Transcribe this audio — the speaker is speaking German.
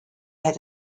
hätte